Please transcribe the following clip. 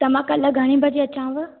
त मां कल्ह घणे बजे अचांव